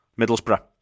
Middlesbrough